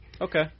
Okay